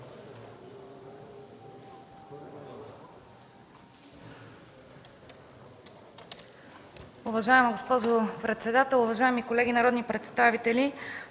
Благодаря